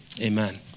Amen